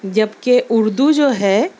جبکہ اردو جو ہے